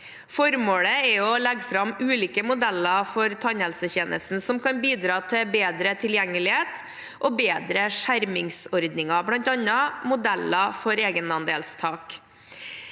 Formålet er å legge fram ulike modeller for tannhelsetjenesten som kan bidra til bedre tilgjengelighet og bedre skjermingsordninger, bl.a. modeller for egenandelstak.